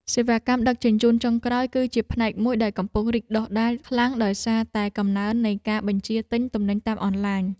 សេវាកម្មដឹកជញ្ជូនចុងក្រោយ គឺជាផ្នែកមួយដែលកំពុងរីកដុះដាលខ្លាំងដោយសារតែកំណើននៃការបញ្ជាទិញទំនិញតាមអនឡាញ។